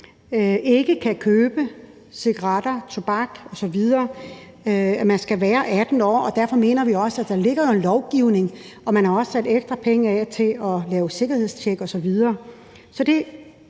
ikke kan købe cigaretter, tobak osv., at man skal være 18 år, og derfor mener vi også, at der jo ligger en lovgivning. Man har også sat ekstra penge af til at lave sikkerhedstjek osv.